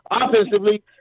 offensively